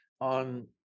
on